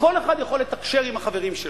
כל אחד יכול לתקשר עם החברים שלו,